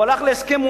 הוא הלך להסכם-וואי,